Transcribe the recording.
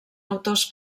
autors